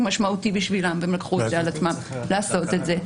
משמעותי בשבילם והם לקחו את זה על עצמם לעשות את זה.